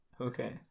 Okay